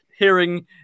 hearing